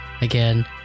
Again